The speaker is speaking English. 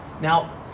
Now